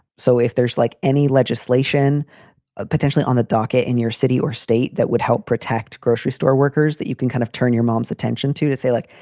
so if there's, like any legislation ah potentially on the docket in your city or state that would help protect grocery store workers, that you can kind of turn your mom's attention to to say, like,